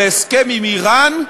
להסכם עם איראן,